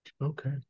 Okay